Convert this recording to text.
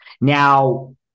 Now